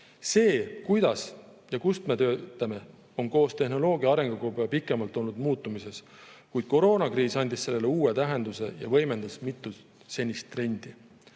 See, kuidas ja kus me töötame, on koos tehnoloogia arenguga juba pikemalt olnud muutumises. Kuid koroonakriis andis sellele uue tähenduse ja võimendas mitut senist trendi.